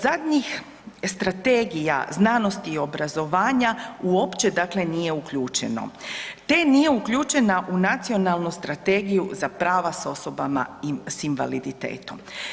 Zadnja Strategija znanosti i obrazovanja uopće nije uključeno te nije uključena u Nacionalnu strategiju za prava s osoba s invaliditetom.